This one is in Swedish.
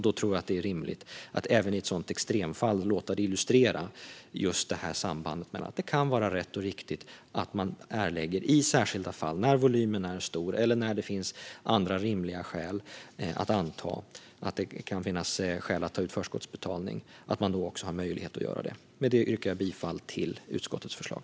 Då tror jag att det är rimligt att även i ett sådant extremfall låta det illustrera detta samband mellan att det kan vara rätt och riktigt att man i särskilda fall när volymen är stor eller när det finns andra rimliga skäl att anta att det kan finnas skäl att ta ut förskottsbetalning också har möjlighet att göra det. Med detta yrkar jag bifall till utskottets förslag.